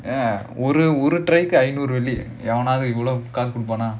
ya ஒரு ஒரு:oru oru try கு ஐநூறு வெள்ளி எவனச்சி இவ்ளோ காசு கொடுப்பானா:ku ainooru velli evanaachi ivlo kaasu koduppaanaa